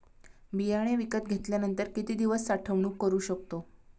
बियाणे विकत घेतल्यानंतर किती दिवस साठवणूक करू शकतो?